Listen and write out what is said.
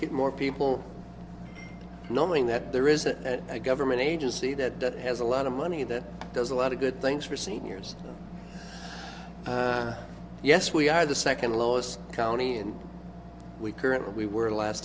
get more people knowing that there is that a government agency that has a lot of money that does a lot of good things for seniors yes we are the second lowest county and we currently we were last